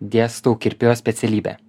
dėstau kirpėjo specialybę